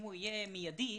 אם הוא יהיה מיידי,